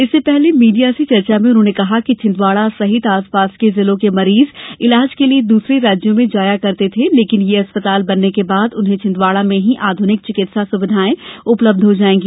इससे पहले मीडिया से चर्चा में उन्होंने कहा कि छिंदवाड़ा सहित आसपास के जिलों के मरीज इलाज के लिए दूसरे राज्यों में जाया करते थे लेकिन यह अस्पताल बनने के बाद उन्हें छिंदवाड़ा में ही आधुनिक चिकित्सा सुविधायें उपलब्ध हो जायेंगी